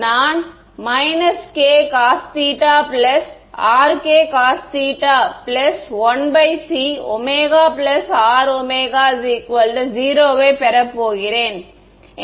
எனவே நான் k cosɵ Rk cosɵ 1cωRω 0 வை பெறப் போகிறேன்